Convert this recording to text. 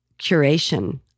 curation